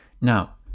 now